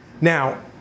Now